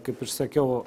kaip ir sakiau